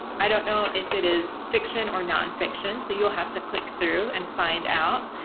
i don't know if it is fiction or nonfiction. so, you'll have to click through and find out.